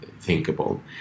thinkable